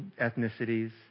ethnicities